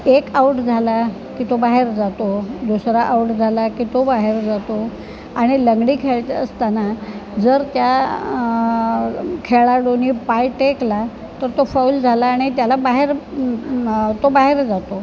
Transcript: एक आऊट झाला की तो बाहेर जातो दुसरा आऊट झाला की तो बाहेर जातो आणि लंगडी खेळत असताना जर त्या खेळाडूनी पाय टेकला तर तो फौल झाला आणि त्याला बाहेर तो बाहेर जातो